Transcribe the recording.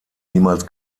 niemals